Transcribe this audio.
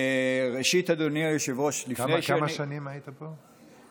ראשית, אדוני היושב-ראש, לפני, כמה שנים היית פה?